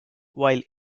while